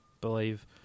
believe